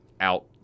out